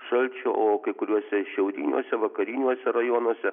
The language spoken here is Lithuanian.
šalčio o kai kuriuose šiauriniuose vakariniuose rajonuose